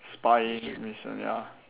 spying mission ya